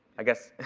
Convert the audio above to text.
i guess,